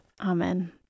Amen